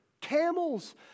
Camels